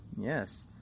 Yes